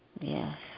Yes